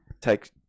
take